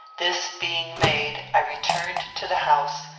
this being made, i returned to the house,